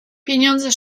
pieniądze